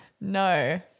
No